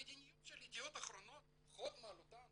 המדיניות של ידיעות אחרונות הוד מעלתם